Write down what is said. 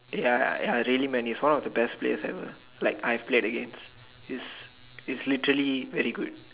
ya ya really man he is one of the best players ever like I have played against he's he's literally very good